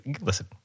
listen